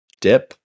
dip